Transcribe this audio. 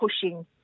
pushing